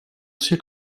tři